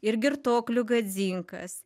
ir girtuoklių gadzinkas